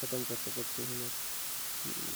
ख़त्म कर सकत ही।